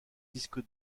disque